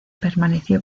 permaneció